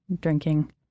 drinking